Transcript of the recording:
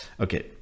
Okay